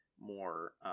more